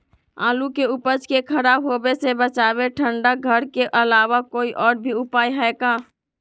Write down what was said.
आलू के उपज के खराब होवे से बचाबे ठंडा घर के अलावा कोई और भी उपाय है का?